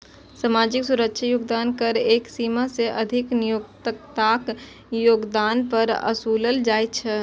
सामाजिक सुरक्षा योगदान कर एक सीमा सं अधिक नियोक्ताक योगदान पर ओसूलल जाइ छै